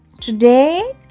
Today